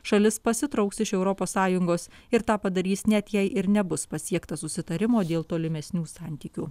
šalis pasitrauks iš europos sąjungos ir tą padarys net jei ir nebus pasiekta susitarimo dėl tolimesnių santykių